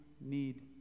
need